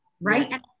right